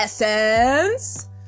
Essence